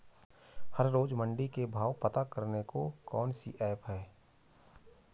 हर रोज़ मंडी के भाव पता करने को कौन सी ऐप है?